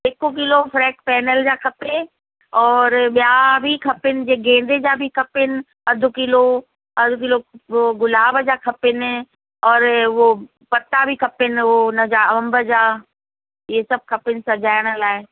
हिकु किलो फ्रैग पैनिल जा खपे और ॿिया बि खपनि जीअं गेंदे जा बि खपनि अधि किलो अधि किलो वो गुलाब जा खपनि और वो पत्ता बि खपनि हो उनजा अंब जा इहे सभु खपनि सॼाइण लाइ